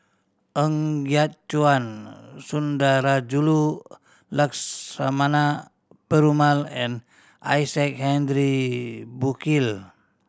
Ng Yat Chuan Sundarajulu Lakshmana Perumal and Isaac Henry Burkill